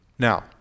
Now